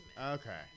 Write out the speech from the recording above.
Okay